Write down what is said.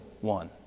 one